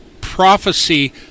prophecy